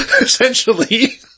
essentially